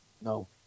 No